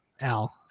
Al